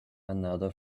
another